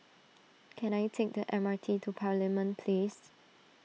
can I take the M R T to Parliament Place